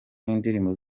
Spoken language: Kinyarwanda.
n’indirimbo